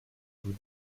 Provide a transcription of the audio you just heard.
vous